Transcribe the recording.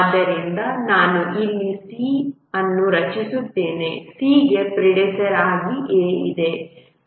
ಆದ್ದರಿಂದ ನಾನು ಇಲ್ಲಿ C ಅನ್ನು ರಚಿಸುತ್ತೇನೆ C ಗೆ ಪ್ರಿಡೆಸೆಸ್ಸರ್ಆಗಿ A ಇದೆ